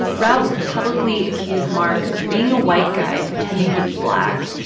ralph publicly accused mark of being a white guy pretending to be black.